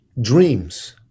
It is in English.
dreams